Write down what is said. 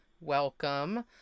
welcome